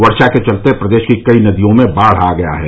वर्षा के चलते प्रदेश की कई नदियों में बाढ़ आ गया है